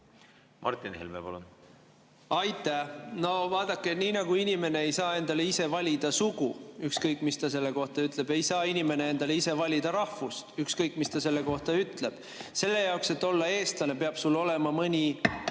Martin Helme, palun! Aitäh! No vaadake, nii nagu inimene ei saa endale ise valida sugu, ükskõik, mis ta selle kohta ütleb, nii ei saa inimene endale ise valida rahvust, ükskõik, mis ta selle kohta ütleb. Selle jaoks, et olla eestlane, peab sul olema mõni